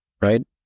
right